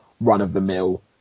run-of-the-mill